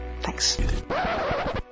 Thanks